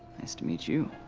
nice to meet you. you